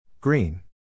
Green